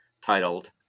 titled